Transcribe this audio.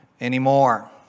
anymore